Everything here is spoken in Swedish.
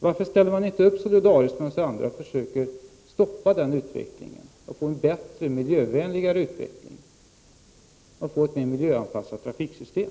Varför ställer inte moderaterna upp solidariskt med oss andra och försöker stoppa den utvecklingen och få en bättre, miljövänligare utveckling och ett mer miljöanpassat trafiksystem?